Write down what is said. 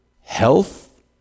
health